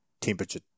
temperature